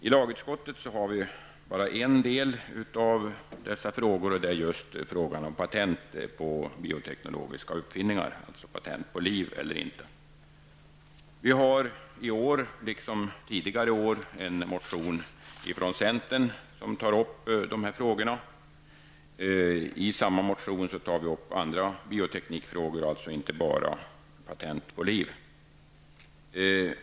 I lagutskottet behandlas bara en del av dessa frågor, och det gäller ju frågan om patent på biotekniska utvinningar, alltså frågan om patent på liv eller inte. Vi har i år liksom tidigare år en motion från centern, som tar upp dessa frågor. I samma motion tar vi också upp andra bioteknikfrågor, alltså inte bara patent på liv.